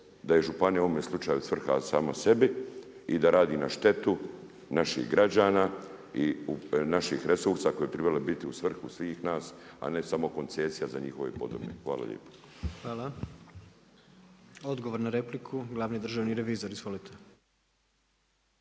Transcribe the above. da je županija u ovome slučaju svrha sama sebi i da radi na štetu naših građana i naših resursa koji bi trebali biti u svrhu svih nas, a ne samo koncesija za njihove podobne. Hvala lijepo. **Jandroković, Gordan (HDZ)** Hvala. Odgovor na repliku, glavni državni revizor. Izvolite.